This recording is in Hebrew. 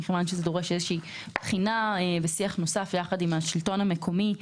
מכיוון שזה דורש בחינה ושיח נוסף יחד עם השלטון המקומי,